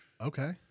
Okay